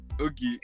okay